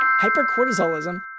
Hypercortisolism